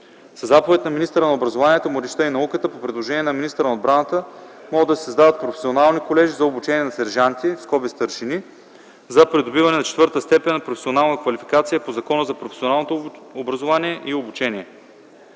Със заповед на министъра на образованието, младежта и науката по предложение на министъра на отбраната могат да се създават професионални колежи за обучение на сержанти (старшини) за придобиване на четвърта степен на професионална квалификация по Закона за професионалното образование и обучение.